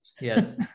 Yes